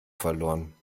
verloren